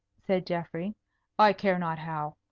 said geoffrey i care not how.